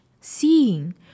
seeing